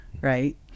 right